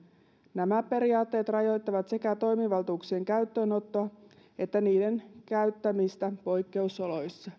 nämä periaatteet rajoittavat sekä toimivaltuuksien käyttöönottoa että niiden käyttämistä poikkeusoloissa